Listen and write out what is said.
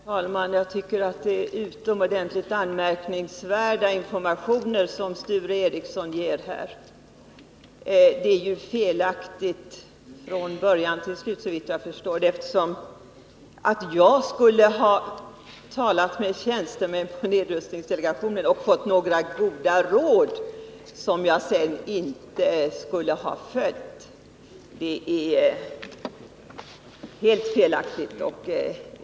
Herr talman! Jag tycker att det är utomordentligt anmärkningsvärda informationer som Sture Ericson ger här. Att jag skulle ha talat med tjänstemän vid nedrustningskonferensen och fått goda råd som jag sedan inte skulle ha följt — det är helt felaktigt.